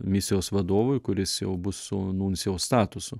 misijos vadovui kuris jau bus su nuncijaus statusu